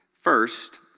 First